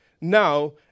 now